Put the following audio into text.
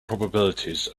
probabilities